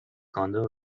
کاندوم